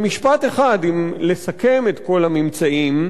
במשפט אחד, אם לסכם את כל הממצאים,